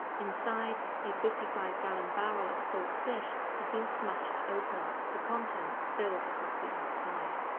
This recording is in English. inside, a fifty five gallon barrel of salt fish had been smashed open, the contents spilled across the outside.